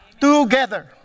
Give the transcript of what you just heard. Together